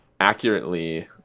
accurately